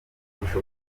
abafite